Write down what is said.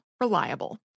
reliable